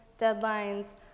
deadlines